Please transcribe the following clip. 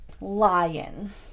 lion